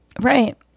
Right